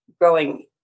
growing